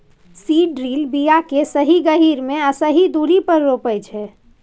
seed drill बीया केँ सही गहीर मे आ सही दुरी पर रोपय छै